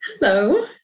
hello